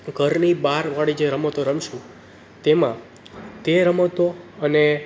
ઘરની બહારવાળી જે રમતો રમીશું તેમાં તે રમતો અને